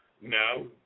No